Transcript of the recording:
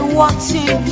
watching